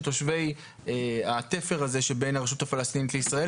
של תושבי התפר הזה שבין הרשות הפלסטינית לישראל,